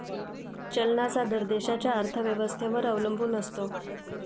चलनाचा दर देशाच्या अर्थव्यवस्थेवर अवलंबून असतो